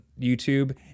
YouTube